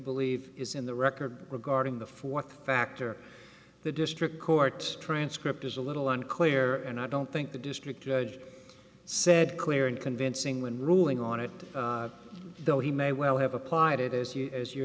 believe is in the record regarding the th factor the district court transcript is a little unclear and i don't think the district judge said clear and convincing when ruling on it though he may well have applied it is you as you